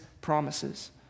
promises